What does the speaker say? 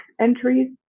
entries